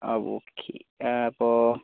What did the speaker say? ആ ഓക്കെ അപ്പോൾ